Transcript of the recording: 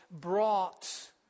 brought